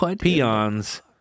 peons